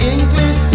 English